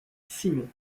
simon